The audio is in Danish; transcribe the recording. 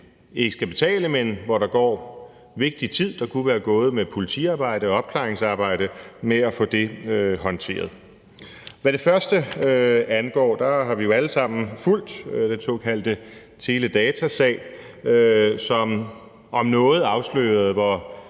ikke skal betale, men hvor der går vigtig tid, der kunne være gået med politiarbejde og opklaringsarbejde, med at få det håndteret. Hvad det første angår, har vi jo alle sammen fulgt den såkaldte teledatasag, som om noget afslørede, hvor